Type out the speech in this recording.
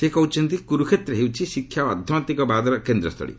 ସେ କହିଛନ୍ତି କୁରୁକ୍ଷେତ୍ର ହେଉଛି ଶିକ୍ଷା ଓ ଆଧ୍ୟାତ୍ଲିକବାଦର କେନ୍ଦ୍ର ସ୍ଥଳୀ